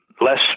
less